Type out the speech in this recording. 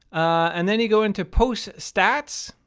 and then you go into post stats.